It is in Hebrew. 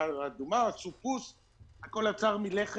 הוא חולה סרטן.